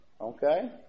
Okay